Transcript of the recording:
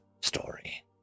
story